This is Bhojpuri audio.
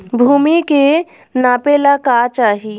भूमि के नापेला का चाही?